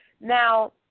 now